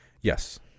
Yes